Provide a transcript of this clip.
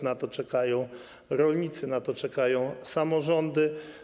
Na to czekają rolnicy, na to czekają samorządy.